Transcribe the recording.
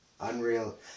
unreal